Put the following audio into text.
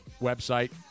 website